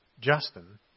Justin